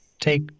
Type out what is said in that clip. Take